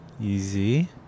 easy